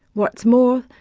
what's more,